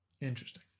Interesting